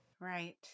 Right